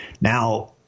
Now